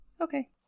Okay